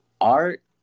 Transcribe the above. art